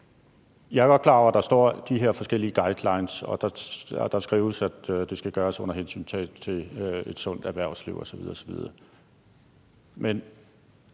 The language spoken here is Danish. Jeg er godt klar over, at der står de her forskellige guidelines og der skrives, at det skal gøres under hensyntagen til et sundt erhvervsliv osv.